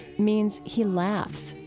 means he laughs,